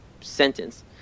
sentence